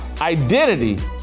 identity